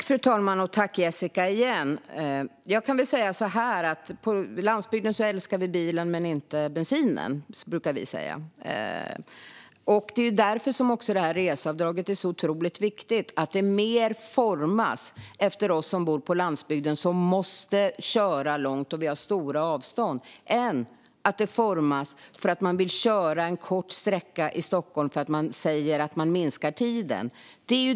Fru talman! Tack, Jessica! På landsbygden älskar vi bilen men inte bensinen. Därför är det viktigt att reseavdraget utformas mer för oss som bor på landsbygden och som har stora avstånd och måste köra långt och inte för dem som vill köra en kort sträcka i Stockholm för att minska tiden.